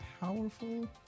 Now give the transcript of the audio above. powerful